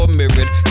mirrored